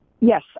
Yes